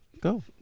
Go